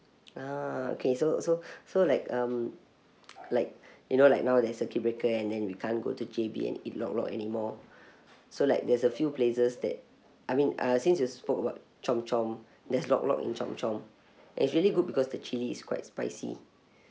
ah okay so so so like um like you know like now there's circuit breaker and then we can't go to J_B and eat lok lok anymore so like there's a few places that I mean uh since you spoke about chomp chomp there's lok lok in chomp chomp it's really good because the chili is quite spicy